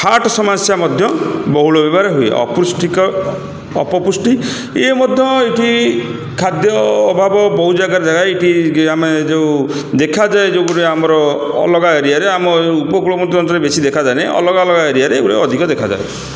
heart ସମସ୍ୟା ମଧ୍ୟ ବହୁଳ ବ୍ୟବହାର ହୁଏ ଅପୁଷ୍ଟିକ ଅପପୁଷ୍ଟି ଇଏ ମଧ୍ୟ ଏଠି ଖାଦ୍ୟ ଅଭାବ ବହୁ ଜାଗାରେ ଜାଗା ଏଠି ଆମେ ଯେଉଁ ଦେଖାଯାଏ ଯେଉଁ ଗୁଡ଼େ ଆମର ଅଲଗା ଏରିଆରେ ଆମ ଉପକୂଳବର୍ତ୍ତୀ ଅଞ୍ଚଳରେ ବେଶୀ ଦେଖାଯାଏନି ଅଲଗା ଅଲଗା ଏରିଆରେ ଗୁଡ଼େ ଅଧିକ ଦେଖାଯାଏ